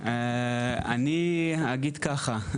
אני אגיד ככה,